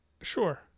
Sure